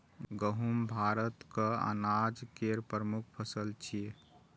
गहूम भारतक अनाज केर प्रमुख फसल छियै